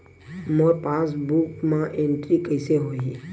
मोर passbook मा entry कइसे होही?